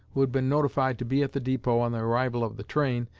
who had been notified to be at the depot on the arrival of the train,